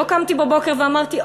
לא קמתי בבוקר ואמרתי,